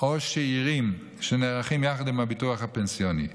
או שאירים שנערכים יחד עם הביטוח הפנסיוני.